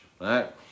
right